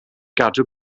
gadw